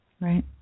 Right